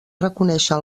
reconèixer